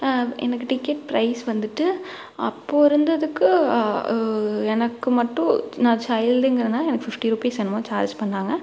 எனக்கு ticket price வந்துட்டு அப்போ இருந்ததுக்கு எனக்கு மட்டும் நான் சைல்டுங்கிறனால் எனக்கு ஃபிஃப்டி ரூபீஸ் என்னமோ சார்ஜ் பண்ணாங்க